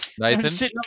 Nathan